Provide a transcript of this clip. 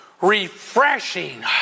refreshing